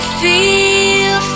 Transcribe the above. feel